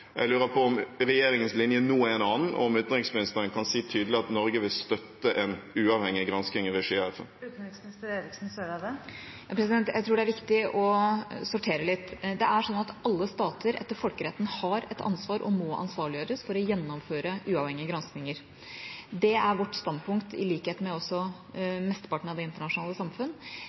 Jeg lurer på om regjeringens linje nå er en annen, og om utenriksministeren kan si tydelig at Norge vil støtte en uavhengig gransking i regi av FN. Jeg tror det er viktig å sortere litt. Det er slik at alle stater etter folkeretten har et ansvar og må ansvarliggjøres for å gjennomføre uavhengige granskinger. Det er vårt standpunkt, i likhet med mesteparten av det internasjonale samfunn.